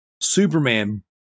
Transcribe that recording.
Superman